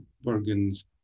Bergen's